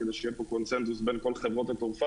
כדי שיהיה פה קונצנזוס בין כל חברות התעופה.